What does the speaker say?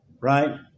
right